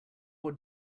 what